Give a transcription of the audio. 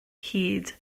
hyd